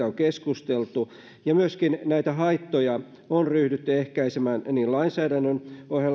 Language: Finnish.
on keskusteltu ja näitä haittoja on ryhdytty ehkäisemään sekä lainsäädännön